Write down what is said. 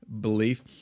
belief